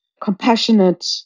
compassionate